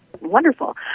Wonderful